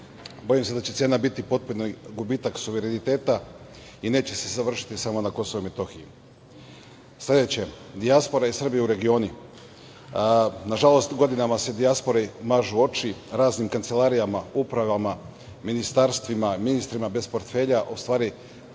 Bojim se da će cena biti potpuni gubitak suvereniteta i neće se završiti samo na Kosovu i Metohiji. Sledeće – dijaspora i Srbi u regionu. Nažalost, godinama se dijaspori mažu oči raznim kancelarijama, upravama, ministarstvima, ministrima bez portfelja, a u stvari